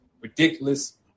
ridiculous